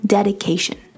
Dedication